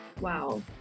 Wow